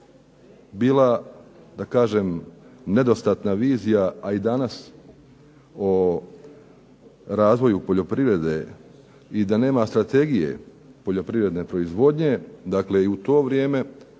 bila da kažem nedostatna vizija, a i danas o razvoju poljoprivrede i da nema strategije poljoprivredne proizvodnje, dakle u to vrijeme